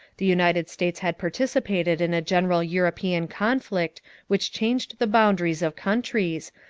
the united states had participated in a general european conflict which changed the boundaries of countries,